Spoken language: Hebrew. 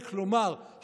כלומר,